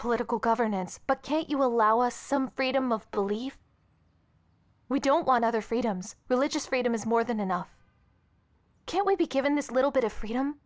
political governance but can't you allow us some freedom of belief we don't want other freedoms religious freedom is more than enough can we be given this little bit of freedom